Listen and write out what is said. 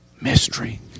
Mystery